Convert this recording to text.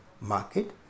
market